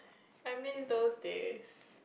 I miss those days